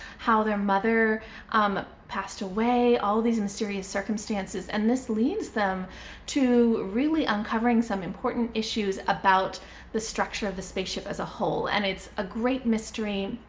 how their mother um passed away, all these mysterious circumstances. and this leads them to really uncovering some important issues about the structure of the spaceship as a whole. and it's a great mystery,